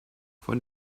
von